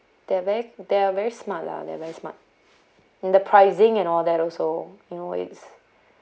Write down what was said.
they're very they're very smart lah they're very smart in the pricing and all that also you know it's